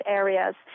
areas